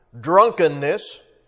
drunkenness